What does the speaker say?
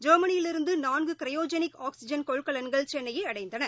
ஜெர்மனியிலிருந்துநான்குகிரையோஜெனிக் oxygen கொள்கலன்கள் சென்னையைஅடைந்தன